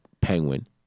Penguin